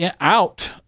out